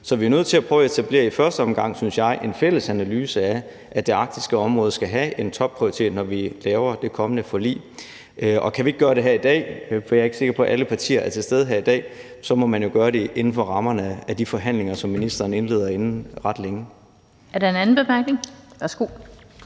Så vi er nødt til i første omgang, synes jeg, at etablere en fælles analyse af, om det arktiske område skal have en topprioritet, når vi laver det kommende forlig. Og kan vi ikke gøre det her i dag, for jeg er ikke sikker på, at alle partier er til stede i dag, så må man jo gøre det inden for rammerne af de forhandlinger, som ministeren indleder inden ret længe. Kl. 18:56 Den fg.